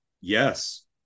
Yes